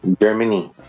Germany